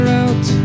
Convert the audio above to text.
out